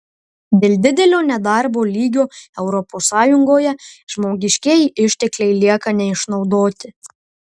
dėl didelio nedarbo lygio europos sąjungoje žmogiškieji ištekliai lieka neišnaudoti